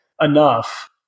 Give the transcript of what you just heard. enough